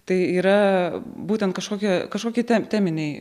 tai yra būtent kažkokie kažkokie tem teminiai